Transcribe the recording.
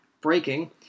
breaking